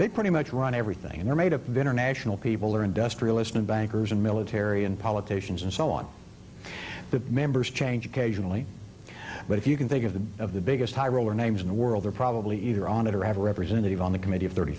they pretty much run everything and are made up of international people or industrialist and bankers and military and politicians and so on the members change occasionally but if you can think of the of the biggest high roller names in the world they're probably either on it or have a representative on the committee of thirty